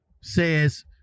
says